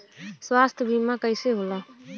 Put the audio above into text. स्वास्थ्य बीमा कईसे होला?